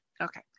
Okay